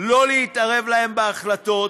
לא להתערב להם בהחלטות,